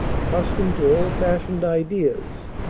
accustomed to old-fashioned ideas,